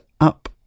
up